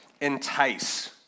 entice